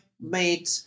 made